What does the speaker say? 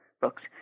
books